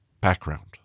background